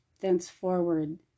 thenceforward